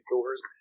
doors